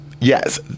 Yes